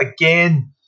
again